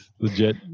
Legit